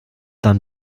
dann